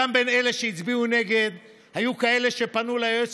גם בין אלה שהצביעו נגד היו כאלה שפנו ליועץ